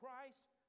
Christ